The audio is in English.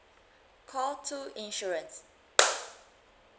call two insurance